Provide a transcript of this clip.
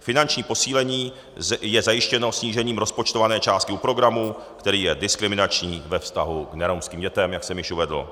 Finanční posílení je zajištěno snížením rozpočtované částky u programu, který je diskriminační ve vztahu k neromským dětem, jak jsem již uvedl.